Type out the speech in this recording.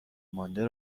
مانده